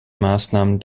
maßnahmen